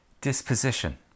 disposition